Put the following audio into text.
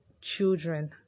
children